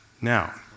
Now